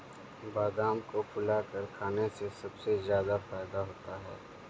बादाम को फुलाकर खाने से सबसे ज्यादा फ़ायदा होता है